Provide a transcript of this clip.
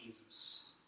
Jesus